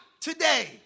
today